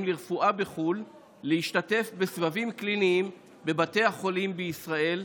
לרפואה בחו"ל להשתתף בסבבים קליניים בבתי החולים בישראל,